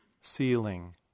ceiling